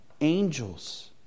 angels